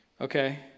Okay